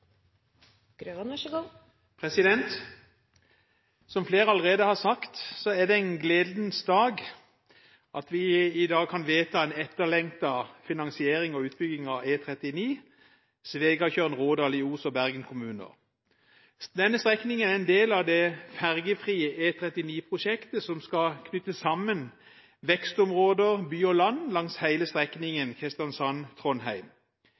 det en gledens dag når vi i dag kan vedta en etterlengtet finansiering og utbygging av E39 Svegatjørn–Rådal i Os og Bergen kommuner. Denne strekningen er en del av det fergefrie E39-prosjektet som skal knytte sammen vekstområder, by og land langs